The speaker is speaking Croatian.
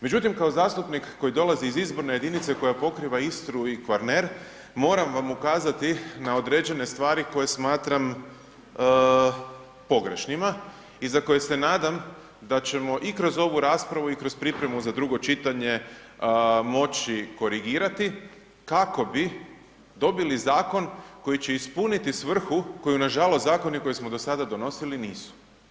Međutim kao zastupnik koji dolaze iz izborne jedinice koja pokriva Istru i Kvarner, moram vam ukazati na određene stvari koje smatram pogrešnima i za koje se nadam da ćemo i kroz ovu raspravu i kroz pripremu za drugo čitanje moći korigirati kako bi dobili zakon koji će ispuniti svrhu koju nažalost zakoni koje smo do sada donosili nisu.